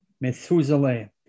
Methuselah